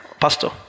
Pastor